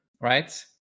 right